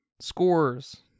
scores